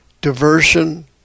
Diversion